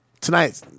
tonight